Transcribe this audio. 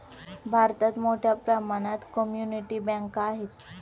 भारतात मोठ्या प्रमाणात कम्युनिटी बँका आहेत